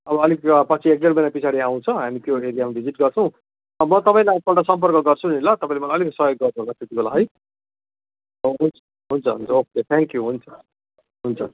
अब अलिक पछि एक डेढ महिना पछाडि आउँछ हामी त्यो एरियामा भिजिट गर्छौँ म तपाईँलाई एकपल्ट सम्पर्क गर्छु नि ल तपाईँले मलाई अलिकति सयोग गर्नु होला त्यति बेला है हुन्छ हुन्छ हुन्छ ओके थ्याङ्क यू हुन्छ